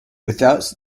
without